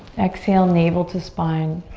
exhale. navel to spine.